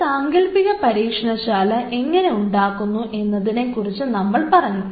ഒരു സാങ്കല്പിക പരീക്ഷണശാല എങ്ങനെ ഉണ്ടാക്കുന്നു എന്നതിനെ കുറിച്ച് നമ്മൾ പറഞ്ഞു